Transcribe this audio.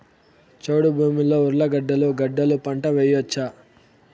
చౌడు భూమిలో ఉర్లగడ్డలు గడ్డలు పంట వేయచ్చా?